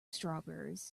strawberries